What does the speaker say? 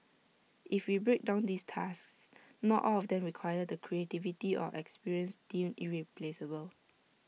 if we break down these tasks not all of them require the creativity or experience deemed irreplaceable